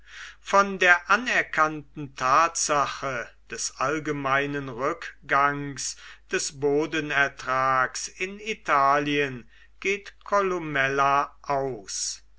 von der anerkannten tatsache des allgemeinen rückgangs des bodenertrags in italien geht columella aus